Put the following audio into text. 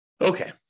Okay